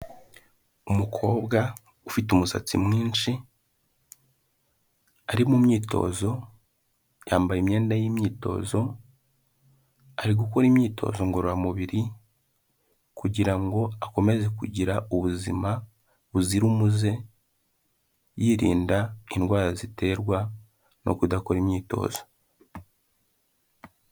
Umukobwa ufite umusatsi mwinshi ari mu myitozo, yambaye imyenda y'imyitozo, ari gukora imyitozo ngororamubiri kugira ngo akomeze kugira ubuzima buzira umuze yirinda indwara ziterwa no kudakora imyitozo.